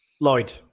Lloyd